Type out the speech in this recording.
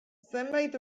zenbait